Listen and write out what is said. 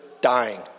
dying